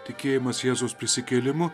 tikėjimas jėzaus prisikėlimu